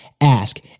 ask